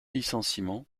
licenciement